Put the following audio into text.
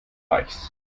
reichs